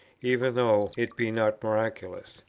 even though it be not miraculous.